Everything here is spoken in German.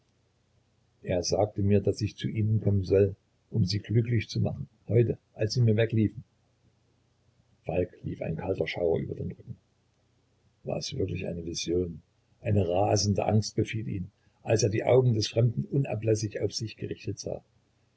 er sagte mir daß ich zu ihnen kommen solle um sie glücklich zu machen heute als sie mir wegliefen falk lief ein kalter schauer über den rücken war es wirklich eine vision eine rasende angst befiel ihn als er die augen des fremden unablässig auf sich gerichtet sah